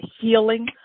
healing